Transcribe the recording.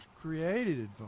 created